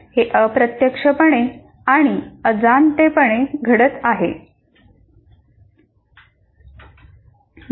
हे अप्रत्यक्षपणे आणि अजाणतेपणी घडत आहे